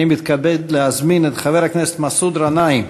אני מתכבד להזמין את חבר הכנסת מסעוד גנאים: